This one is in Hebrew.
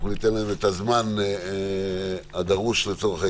ניתן להם את הזמן הדרוש לצורך העניין.